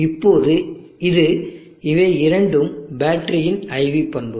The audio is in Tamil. இப்போது இது இவை இரண்டும் பேட்டரியின் IV பண்புகள்